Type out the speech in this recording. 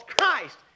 Christ